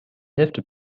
hälfte